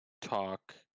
talk